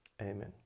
Amen